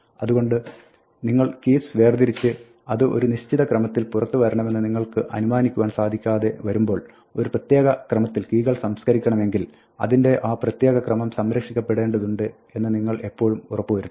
അതുകൊണ്ട് നിങ്ങൾ keys വേർതിരിച്ച് അത് ഒരു നിശ്ചിത ക്രമത്തിൽ പുറത്ത് വരണമെന്ന് നിങ്ങൾക്ക് അനുമാനിക്കുവാൻ സാധിക്കാതെ വരുമ്പോൾ ഒരു പ്രത്യേക ക്രമത്തിൽ കീകൾ സംസ്കരിക്കണമെങ്കിൽ അതിന്റെ ആ പ്രത്യേക ക്രമം സംരക്ഷിക്കപ്പെടേണ്ടതുണ്ട് എന്ന് നിങ്ങൾ എപ്പോഴും ഉറപ്പ് വരുത്തുക